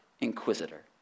Inquisitor